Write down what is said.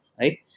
right